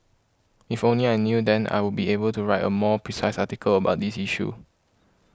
if only I knew then I would be able to write a more precise article about this issue